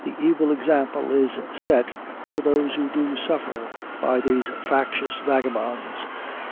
the evil example is set to those who do suffer by these factious vagabonds